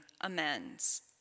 amends